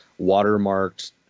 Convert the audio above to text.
watermarked